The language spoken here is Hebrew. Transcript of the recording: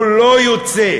הוא לא יוצא.